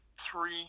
three